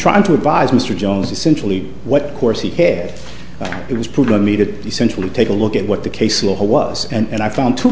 trying to advise mr jones essentially what course he had it was put to me to essentially take a look at what the case law was and i found to